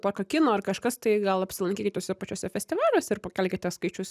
tokio kino ar kažkas tai gal apsilankykit tuose pačiuose festivaliuose ir pakelkite skaičius